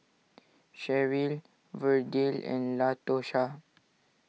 Cheryl Verdell and Latosha